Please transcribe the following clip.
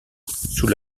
sous